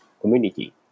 community